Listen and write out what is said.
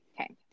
okay